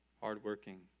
hardworking